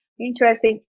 Interesting